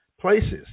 places